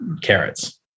carrots